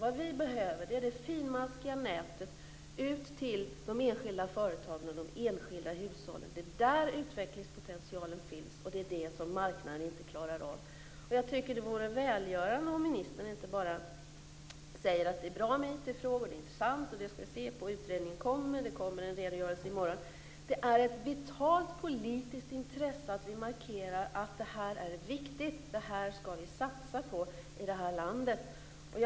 Vad vi behöver är det finmaskiga nätet ut till de enskilda företagen och de enskilda hushållen. Det är där som utvecklingspotentialen finns men detta klarar marknaden inte av. Det vore välgörande om ministern inte bara sade att det är bra med IT-frågor, att det är intressant, att man skall se på det när utredningen kommer och att det kommer en redogörelse i morgon. Det är ett vitalt politiskt intresse att vi markerar att det här är viktigt och att vi skall satsa på detta i vårt land.